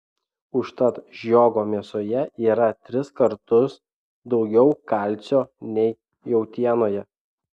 užtat žiogo mėsoje yra tris kartus daugiau kalcio nei jautienoje